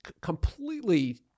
completely